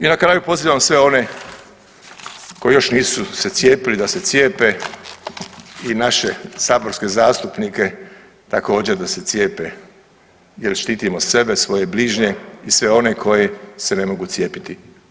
I na kraju pozivam sve one koji još nisu se cijepili da se cijepe i naše saborske zastupnike također da se cijepe jer štitimo sebe, svoje bližnje i sve one koji se ne mogu cijepiti.